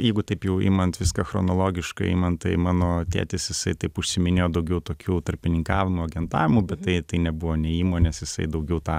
jeigu taip jau imant viską chronologiškai imant tai mano tėtis jisai taip užsiiminėjo daugiau tokiu tarpininkavimo agentavimu bet tai tai nebuvo nei įmonės jisai daugiau tą